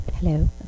hello